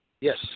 Yes